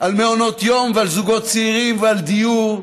על מעונות יום, ועל זוגות צעירים, ועל דיור,